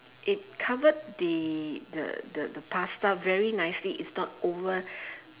it covered the the the the pasta very nicely it's not over